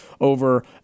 over